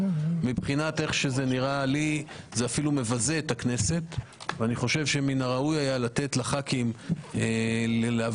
בעיניי זה אף מבזה את הכנסת ואני חושב שראוי היה לתת לח"כים להבין